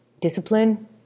discipline